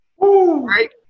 right